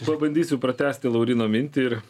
pabandysiu pratęsti lauryno mintį ir